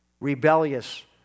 rebellious